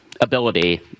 ability